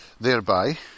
thereby